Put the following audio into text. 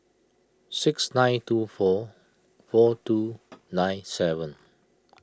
six nine two four four two nine seven